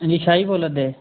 तुस शाह जी बोल्ला दे